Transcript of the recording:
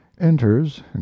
enters